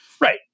Right